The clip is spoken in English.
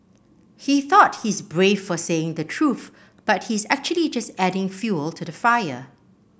he thought he's brave for saying the truth but he's actually just adding fuel to the fire